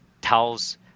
tells